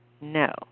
No